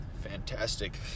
fantastic